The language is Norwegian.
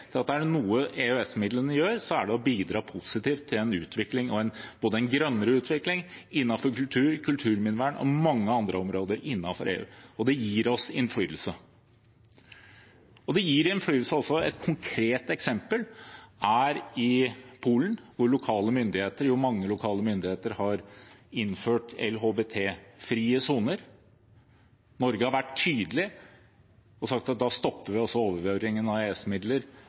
til at er det noe EØS-midlene gjør, er det å bidra positivt til utvikling – både en grønnere utvikling og innenfor kultur, kulturminnevern og mange andre områder innenfor EU, og de gir oss innflytelse. Et konkret eksempel er i Polen, hvor mange lokale myndigheter har innført LHBT-frie soner. Norge har vært tydelig og sagt at da stopper vi overføringen av